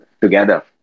together